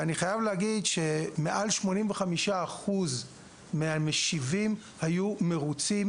ואני חייב להגיד שמעל 85 אחוז מהמשיבים היו מאוד מרוצים